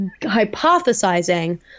hypothesizing